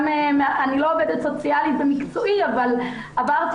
אני לא עובדת סוציאלית במקצועי אבל עברתי